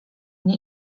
nie